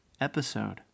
episode